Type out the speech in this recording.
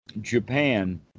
Japan